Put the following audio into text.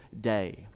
day